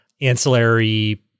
ancillary